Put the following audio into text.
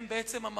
הם בעצם המהות.